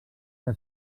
que